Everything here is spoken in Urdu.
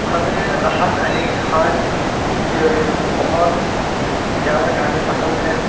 ہمیں راحت علی خان کے بہت زیادہ گانے پسند ہیں